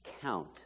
count